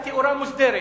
התאורה מוסדרת,